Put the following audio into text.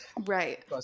Right